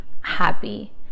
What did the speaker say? happy